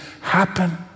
happen